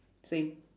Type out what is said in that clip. same